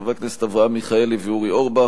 חברי הכנסת אברהם מיכאלי ואורי אורבך,